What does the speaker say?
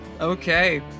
okay